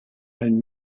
and